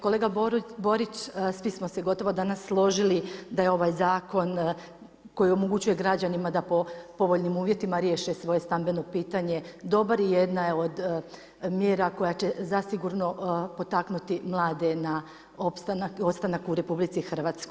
Kolega Borić, svi smo se gotovo danas složili da je ovaj zakon koji omogućuje građanima da po povoljnim uvjetima riješe svoje stambeno pitanje dobar i jedan je od mjera koja će zasigurno potaknuti mlade na ostanak u RH.